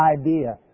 idea